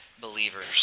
believers